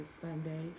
Sunday